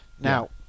Now